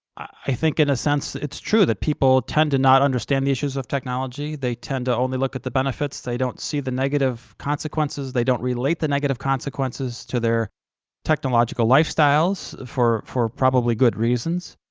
i think in a sense it's true that people tend to not understand the issues of technology. they tend to only look at the benefits, they don't see the negative consequences, they don't relate the negative consequences to their technological lifestyles, for for probably good reasons.